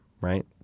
right